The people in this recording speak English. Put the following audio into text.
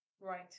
Right